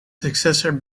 successor